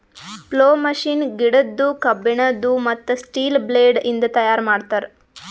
plough machine ಗಿಡದ್ದು, ಕಬ್ಬಿಣದು, ಮತ್ತ್ ಸ್ಟೀಲ ಬ್ಲೇಡ್ ಇಂದ ತೈಯಾರ್ ಮಾಡ್ತರ್